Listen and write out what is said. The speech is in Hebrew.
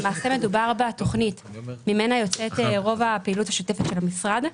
למעשה מדובר בתוכנית ממנה יוצאת רוב הפעילות השוטפת של המשרד.